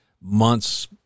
months